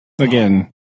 Again